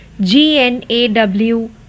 G-N-A-W